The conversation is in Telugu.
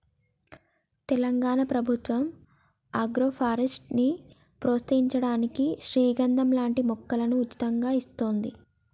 తెలంగాణ ప్రభుత్వం ఆగ్రోఫారెస్ట్ ని ప్రోత్సహించడానికి శ్రీగంధం లాంటి మొక్కలను ఉచితంగా ఇస్తోంది